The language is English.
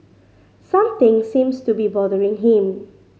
something seems to be bothering him